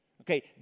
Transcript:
Okay